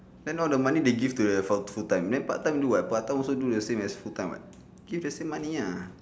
then all the money they give to the full full time then part time do what part time also do the same as full time [what] give the same money ah